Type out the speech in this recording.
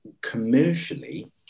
commercially